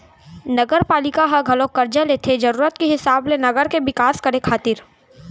नगरपालिका ह घलोक करजा लेथे जरुरत के हिसाब ले नगर के बिकास करे खातिर